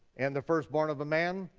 and the firstborn of a man,